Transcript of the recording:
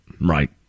right